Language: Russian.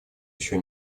еще